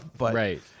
Right